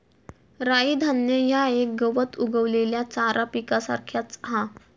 राई धान्य ह्या एक गवत उगवलेल्या चारा पिकासारख्याच हा